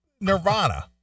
Nirvana